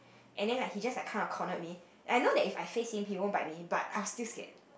and then like he just like kinds of cornered me I know that if I say c_p_o by me but I will still scare